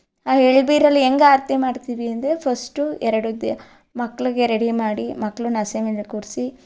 ಆ ಎಳ್ಳು ಬೀರಲ್ಲಿ ಹೆಂಗೆ ಆರತಿ ಮಾಡ್ತೀವಿ ಅಂದರೆ ಫಸ್ಟು ಎರಡು ದಿ ಮಕ್ಕಳಿಗೆ ರೆಡಿ ಮಾಡಿ ಮಕ್ಳನ್ನ ಹಸೆ ಮೇಲೆ ಕೂರಿಸಿ